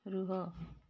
ରୁହ